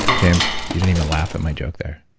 james, you didn't even laugh at my joke there